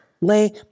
lay